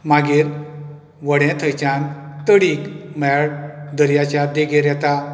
मागीर व्हडे थंयच्यान तडीक म्हळ्यार दर्याच्या देगेर येता